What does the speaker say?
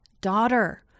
daughter